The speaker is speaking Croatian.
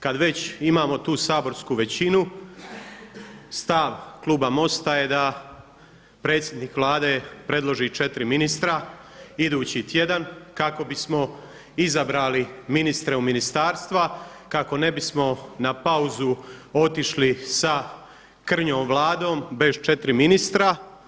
Kad već imamo tu saborsku većinu stav kluba MOST-a je da predsjednik Vlade predloži četiri ministra idući tjedan kako bismo izabrali ministre u ministarstva, kako ne bismo na pauzu otišli sa krnjom Vladom bez četiri ministra.